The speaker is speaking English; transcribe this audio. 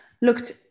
looked